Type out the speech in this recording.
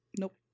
Nope